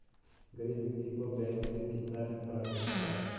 गरीब व्यक्ति को बैंक से कितना ऋण प्राप्त हो सकता है?